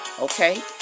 okay